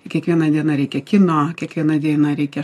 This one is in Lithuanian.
kiekvieną dieną reikia kino kiekvieną dieną reikia